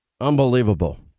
Unbelievable